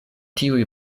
tiuj